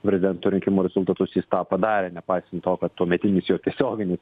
prezidento rinkimų rezultatus jis tą padarė nepaisant to kad tuometinis jo tiesioginis